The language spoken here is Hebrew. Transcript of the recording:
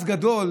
גדול